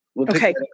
Okay